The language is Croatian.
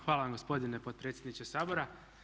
Hvala vam gospodine potpredsjedniče Sabor.